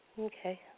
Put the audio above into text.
Okay